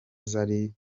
zari